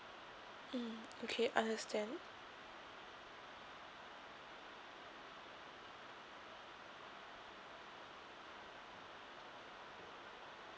mm okay understand